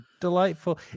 delightful